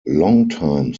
longtime